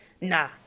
nah